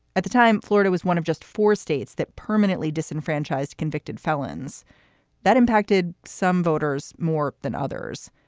at the time, florida was one of just four states that permanently disenfranchised convicted felons that impacted some voters more than others.